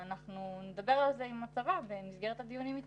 ואנחנו נדבר על זה עם הצבא במסגרת הדיונים איתם,